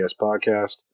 podcast